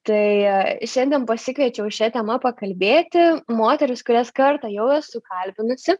tai šiandien pasikviečiau šia tema pakalbėti moteris kurias kartą jau esu kalbinusi